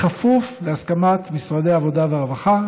בכפוף להסכמת משרדי העבודה והרווחה,